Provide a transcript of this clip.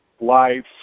life